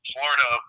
Florida